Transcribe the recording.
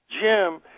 Jim